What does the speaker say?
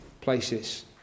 places